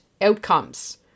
outcomes